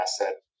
asset